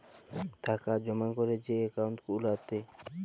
টাকা জমা ক্যরে যে একাউল্ট গুলাতে